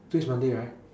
today's monday right